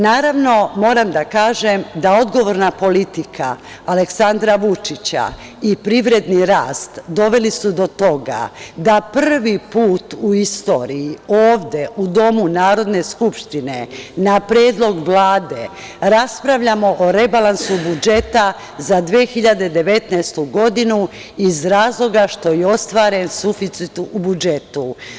Naravno, moram da kažem da odgovorna politika Aleksandra Vučića i privredni rast, doveli su do toga da prvi put u istoriji ovde, u Domu Narodne skupštine na predlog Vlade raspravljamo o rebalansu budžeta za 2019. godinu iz razloga što je ostvaren suficit u budžetu.